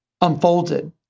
unfolded